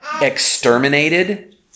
exterminated